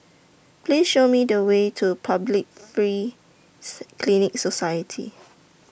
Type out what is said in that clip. Please Show Me The Way to Public Free Clinic Society